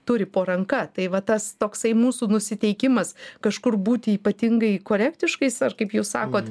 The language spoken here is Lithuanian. turi po ranka tai va tas toksai mūsų nusiteikimas kažkur būti ypatingai korektiškais ar kaip jūs sakot